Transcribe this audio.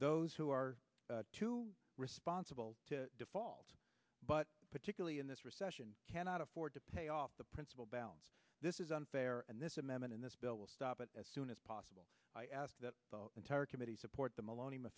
those who are responsible to default but particularly in this recession cannot afford to pay off the principle balance this is unfair and this amendment in this bill will stop it as soon as possible i ask that the entire committee support the malone